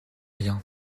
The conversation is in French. rien